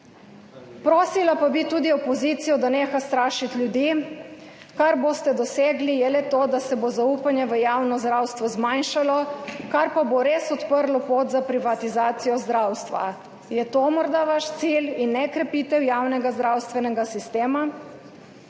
Prosila pa bi tudi opozicijo, da neha strašiti ljudi. Kar boste dosegli, je le to, da se bo zaupanje v javno zdravstvo zmanjšalo, kar pa bo res odprlo pot za privatizacijo zdravstva. Je to morda vaš cilj in ne krepitev javnega zdravstvenega sistema?